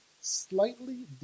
slightly